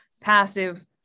passive